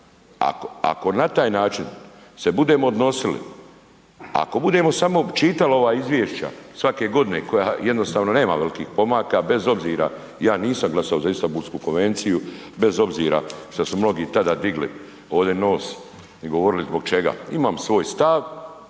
ako na taj način se budemo odnosili, ako budemo samo čitali ova izvješća svake godine koja jednostavno nema velikih pomaka, bez obzira ja nisam glasao za Istanbulsku konvenciju bez obzira šta su mnogi tada digli ovde nos i govorili zbog čega. Imam svoj stav,